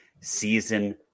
season